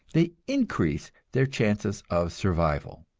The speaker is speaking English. they increase their chances of survival.